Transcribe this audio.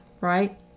Right